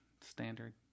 standard